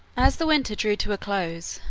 as the winter drew to a close,